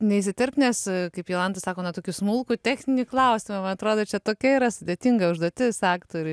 neįsiterpt nes kaip jolanta sako na tokį smulkų techninį klausimą man atrodo čia tokia yra sudėtinga užduotis aktoriui